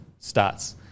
stats